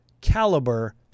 caliber